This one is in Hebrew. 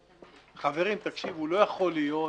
חברים, תקשיבו, לא יכול להיות,